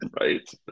Right